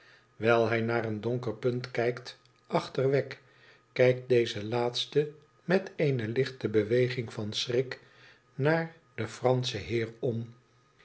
wijl hij naar een donker punt knikt achter wegg kijkt deze laatste met eene lichte beweging van schrik naar den franschen heer om